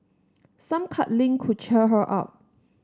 some cuddling could cheer her up